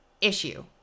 issue